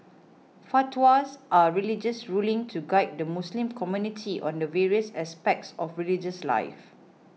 fatwas are religious rulings to guide the Muslim community on the various aspects of religious life